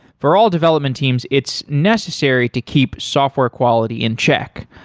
for all development teams, it's necessary to keep software quality in check,